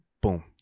Boom